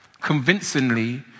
convincingly